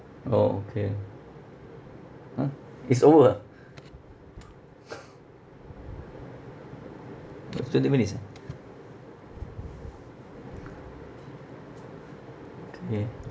orh okay !huh! it's over got twenty minutes ah K